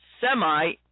semi